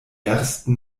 ersten